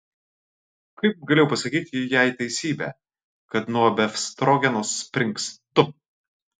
kaip galėjau pasakyti jai teisybę kad nuo befstrogeno springstu